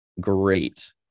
great